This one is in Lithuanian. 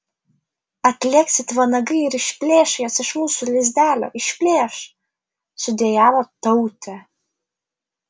atlėks it vanagai ir išplėš jas iš mūsų lizdelio išplėš sudejavo tautė